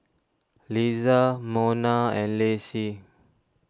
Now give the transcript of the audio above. Liza Monna and Lacey